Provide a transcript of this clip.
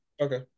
Okay